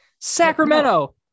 Sacramento